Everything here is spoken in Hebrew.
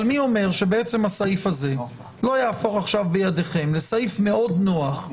מי אומר שהסעיף הזה לא יהפוך עכשיו בידיכם לסעיף מאוד נוח?